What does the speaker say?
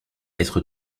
être